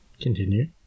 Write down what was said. Continue